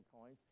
coins